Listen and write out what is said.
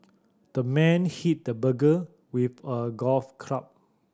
the man hit the burglar with a golf club